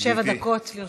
שבע דקות לרשותך.